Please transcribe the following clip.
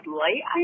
light